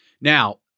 Now